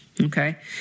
Okay